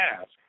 ask